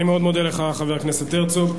אני מאוד מודה לך, חבר הכנסת הרצוג.